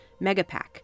Megapack